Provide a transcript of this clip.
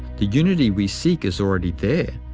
the unity we seek is already there,